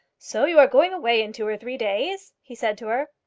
so you are going away in two or three days? he said to her.